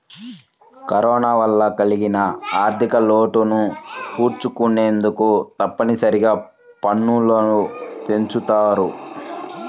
corona వల్ల కలిగిన ఆర్ధికలోటును పూడ్చుకొనేందుకు తప్పనిసరిగా పన్నులు పెంచుతారు